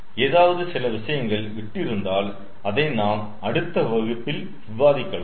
ஏதாவது சில விஷயங்கள் விட்டு இருந்தால் அதை நாம் அடுத்த வகுப்பில் விவாதிக்கலாம்